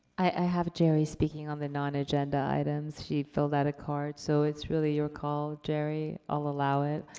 i have a geri speaking on the non-agenda items, she filled out a card, so it's really your call, geri. i'll allow it.